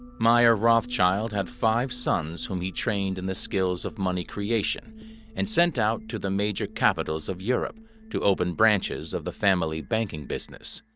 mayer rothschild had five sons whom he trained in the skills of money creation and sent out to the major capitals of europe to open branches of the family banking business.